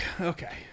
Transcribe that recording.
Okay